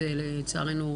לצערנו,